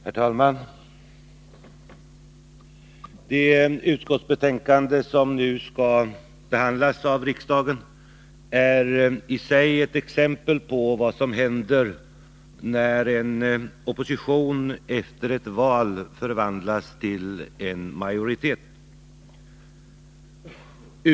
Herr talman! Det utskottsbetänkande som nu skall behandlas av riksdagen är i sig ett exempel på vad som händer när ett parti i opposition efter ett val förvandlas till majoritetsföreträdare.